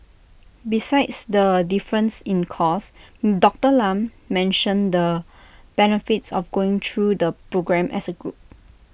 besides the difference in cost Doctor Lam mentioned the benefits of going through the programme as A group